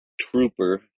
trooper